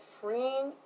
freeing